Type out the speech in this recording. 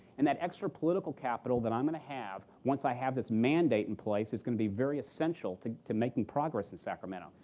and that extra political capital that i'm going to have once i have this mandate in place, it's going to be very essential to to making progress in sacramento.